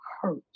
hurt